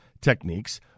techniques